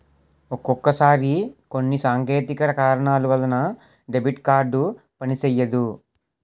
ఒక్కొక్కసారి కొన్ని సాంకేతిక కారణాల వలన డెబిట్ కార్డు పనిసెయ్యదు